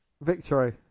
victory